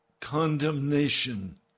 condemnation